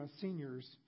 seniors